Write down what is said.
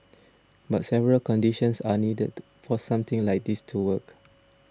but several conditions are needed for something like this to work